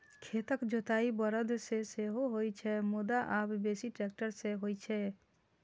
खेतक जोताइ बरद सं सेहो होइ छै, मुदा आब बेसी ट्रैक्टर सं होइ छै